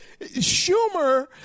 Schumer